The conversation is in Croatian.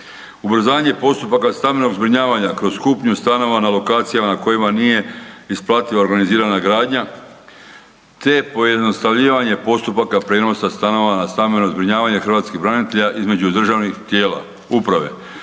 ubrzanje postupaka stambenog zbrinjavanja kroz kupnju stanova na lokacijama na kojima nije isplativa organizirana gradnja te pojednostavljivanje postupaka prijenosa stanova na stambeno zbrinjavanje hrvatskih branitelja između državnih tijela uprave,